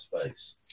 space